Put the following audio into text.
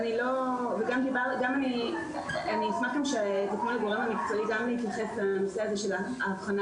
אני אשמח גם אם תוכלו להתייחס לנושא ההבחנה